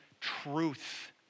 truth